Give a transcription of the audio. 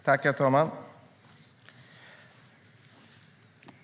Herr talman!